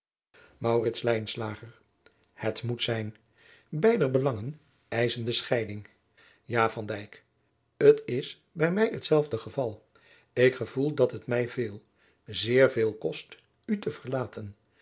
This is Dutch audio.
het moet zijn beider belangen eischen de scheiding ja van dijk t is bij mij hetzelfde geval ik gevoel dat het mij veel zeer veel kost u te verlaten